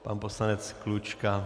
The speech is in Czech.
Pan poslanec Klučka.